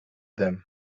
them